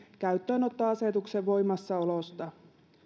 käyttöönottoasetuksen voimassaolosta